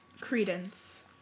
Credence